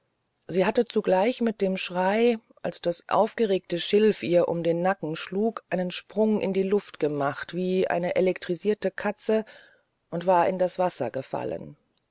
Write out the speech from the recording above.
sie hatte zugleich mit dem schrei als das aufgeregte schilf ihr um den nacken schlug einen sprung in die luft gemacht wie eine elektrisierte katze und war in das wasser gefallen